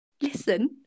listen